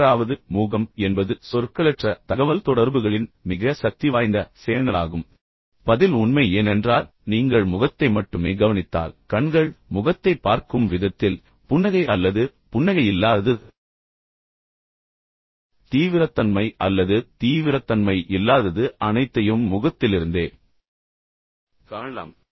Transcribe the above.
ஆறாவது முகம் என்பது சொற்களற்ற தகவல்தொடர்புகளின் மிக சக்திவாய்ந்த சேனலாகும் பதில் உண்மை ஏனென்றால் நீங்கள் முகத்தை மட்டுமே கவனித்தால் கண்கள் முகத்தைப் பார்க்கும் விதத்தில் புன்னகை அல்லது புன்னகை இல்லாதது தீவிரத்தன்மை அல்லது தீவிரத்தன்மை இல்லாதது அனைத்தையும் முகத்திலிருந்தே காணலாம்